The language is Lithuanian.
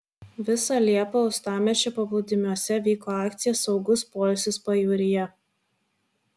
visą liepą uostamiesčio paplūdimiuose vyko akcija saugus poilsis pajūryje